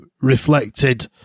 reflected